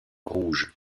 rouges